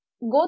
go